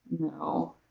No